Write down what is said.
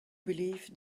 believe